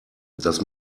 dass